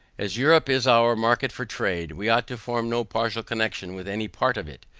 as europe is our market for trade, we ought to form no partial connection with any part of it.